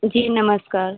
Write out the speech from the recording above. जी नमस्कार